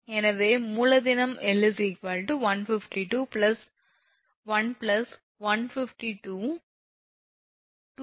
எனவே மூலதனம் 𝑙 152 1152224 × 487